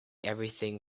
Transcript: everything